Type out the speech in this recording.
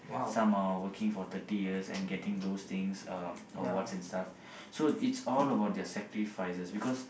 some are working for thirty years and getting those things uh awards and stuff so it's all about their sacrifices because